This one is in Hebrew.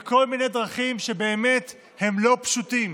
בכל מיני דרכים שהן באמת לא פשוטות.